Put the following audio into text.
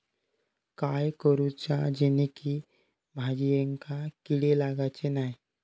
काय करूचा जेणेकी भाजायेंका किडे लागाचे नाय?